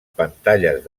pantalles